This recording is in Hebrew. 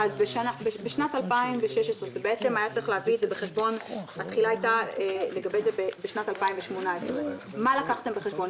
שנת 2016 - התחילה לגבי זה היתה בשנת 2018. מה לקחתם בחשבון?